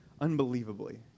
unbelievably